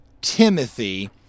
Timothy